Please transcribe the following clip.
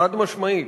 חד-משמעית,